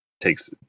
takes